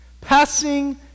passing